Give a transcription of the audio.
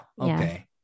Okay